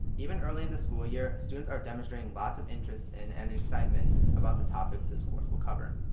even early in the school year, students are demonstrating lots of interests and and excitement about the topics this course will cover.